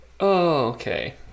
okay